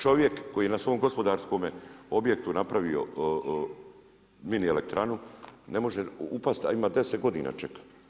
Čovjek koji je na svome gospodarskom objektu napravio mini elektranu ne može upasti a ima 10 godina čeka.